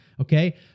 Okay